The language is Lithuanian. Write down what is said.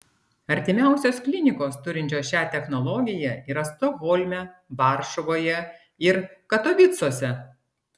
artimiausios klinikos turinčios šią technologiją yra stokholme varšuvoje ir katovicuose